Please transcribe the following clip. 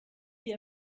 die